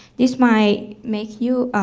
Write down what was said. this might make you a,